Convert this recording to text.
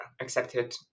accepted